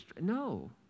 no